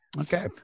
Okay